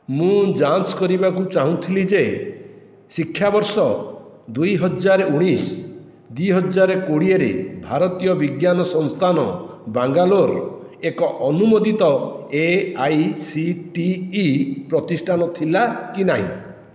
ମୁଁ ଯାଞ୍ଚ କରିବାକୁ ଚାହୁଁଥିଲି ଯେ ଶିକ୍ଷାବର୍ଷ ଦୁଇହଜାର ଉଣେଇଶି ଦୁଇହଜାର କୋଡିଏ ରେ ଭାରତୀୟ ବିଜ୍ଞାନ ସଂସ୍ଥାନ ବାଙ୍ଗାଲୋର ଏକ ଅନୁମୋଦିତ A I C T E ପ୍ରତିଷ୍ଠାନ ଥିଲା କି ନାହିଁ